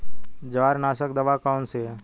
जवारनाशक दवा कौन सी है?